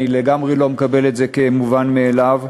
אני לגמרי לא מקבל את זה כמובן מאליו.